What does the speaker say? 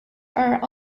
are